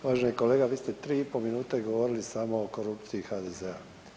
Uvaženi kolega, vi ste 3 i po minute govorili samo o korupciji HDZ-a.